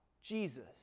Jesus